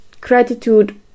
gratitude